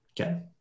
Okay